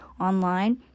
online